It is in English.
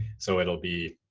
so it'll be,